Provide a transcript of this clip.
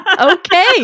okay